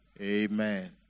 amen